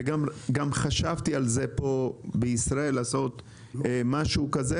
וגם חשבתי על זה פה בישראל לעשות משהו כזה,